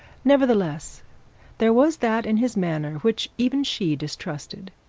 nevertheless there was that in his manner which even she distrusted.